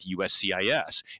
USCIS